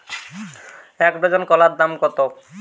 এক ডজন কলার দাম কত?